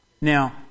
Now